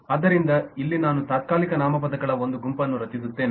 ಆದ್ದರಿಂದ ಇಲ್ಲಿ ನಾನು ತಾತ್ಕಾಲಿಕ ನಾಮಪದಗಳ ಒಂದು ಗುಂಪನ್ನು ರಚಿಸುತ್ತೇನೆ